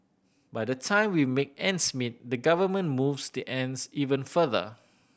by the time we make ends meet the government moves the ends even further